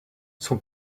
son